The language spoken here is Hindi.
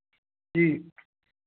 जी